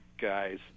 guys